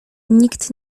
nikt